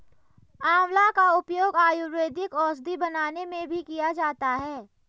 आंवला का उपयोग आयुर्वेदिक औषधि बनाने में भी किया जाता है